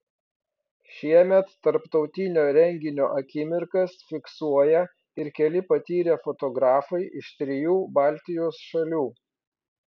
šiemet tarptautinio renginio akimirkas fiksuoja ir keli patyrę fotografai iš trijų baltijos šalių